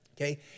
okay